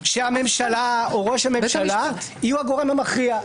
שהממשלה או ראש הממשלה יהיו הגורם המכריע.